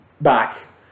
back